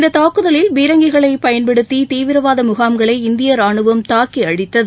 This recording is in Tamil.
இந்தத் தாக்குதலில் பீரங்கிகளைப் பயன்படுத்தி தீவிரவாத முகாம்களை இந்திய ரானுவம் தாக்கி அழித்தது